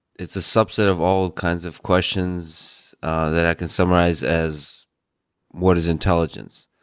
it's a subset of all kinds of questions that i can summarize as what is intelligence.